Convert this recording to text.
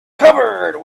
covered